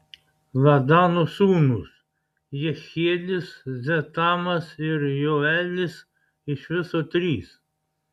ladano sūnūs jehielis zetamas ir joelis iš viso trys